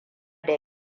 da